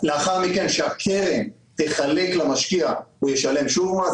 ולאחר מכן שהקרן תחלק למשקיע, הוא ישלם שוב מס.